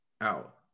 out